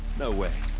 no way.